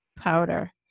powder